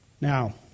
Now